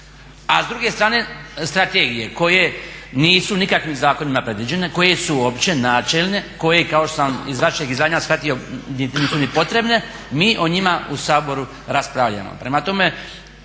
A s druge strane, strategije koje nisu nikakvim zakonima predviđene, koje su opće, načelne, koje kao što sam iz vašeg izlaganja shvatio nisu ni potrebne, mi o njima u Saboru raspravljamo.